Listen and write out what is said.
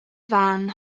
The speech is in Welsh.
fan